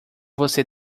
você